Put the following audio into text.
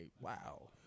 Wow